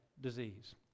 disease